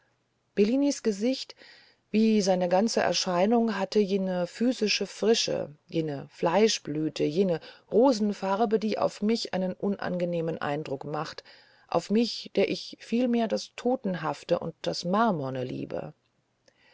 bellinis gesicht wie seine ganze erscheinung hatte jene physische frische jene fleischblüte jene rosenfarbe die auf mich einen unangenehmen eindruck macht auf mich der ich vielmehr das totenhafte und das marmorne liebe